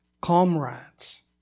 comrades